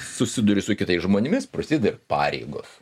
susiduri su kitais žmonėmis prasideda ir pareigos